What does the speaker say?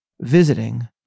visiting